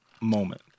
moment